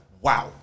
wow